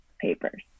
papers